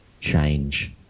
Change